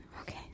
Okay